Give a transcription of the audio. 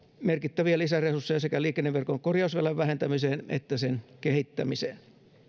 merkittäviä lisäresursseja sekä liikenneverkon korjausvelan vähentämiseen että sen kehittämiseen